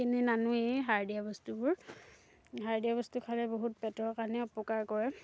কিনি নানোৱেই সাৰ দিয়া বস্তুবোৰ সাৰ দিয়া বস্তু খালে বহুত পেটৰ কাৰণে অপকাৰ কৰে